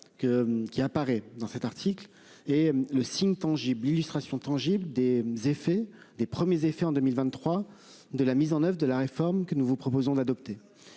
qui apparaît dans cet article est le signe tangible illustration tangible des effets des premiers effets en 2023 de la mise en oeuvre de la réforme que nous vous proposons d'adopter,